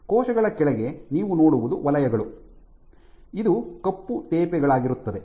ಕೋಶಗಳ ಕೆಳಗೆ ನೀವು ನೋಡುವುದು ವಲಯಗಳು ಇದು ಕಪ್ಪು ತೇಪೆಗಳಾಗಿರುತ್ತದೆ